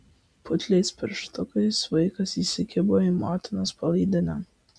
putliais pirštukais vaikas įsikibo į motinos palaidinę